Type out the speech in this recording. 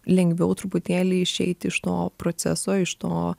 lengviau truputėlį išeiti iš to proceso iš to